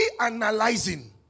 analyzing